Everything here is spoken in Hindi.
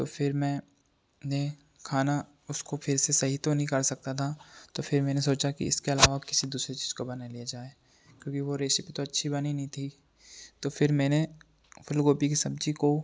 तो फिर मैं ने खाना उसको फिर से सही तो नहीं कर सकता था तो फिर मैंने सोचा कि इसके अलावा और किसी दूसरे चीज़ को बना लिया जाय क्योंकि वह रेसिपी तो अच्छी बनी नहीं थी तो फिर मैंने फूल गोभी की सब्ज़ी को